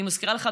אני מזכירה לך,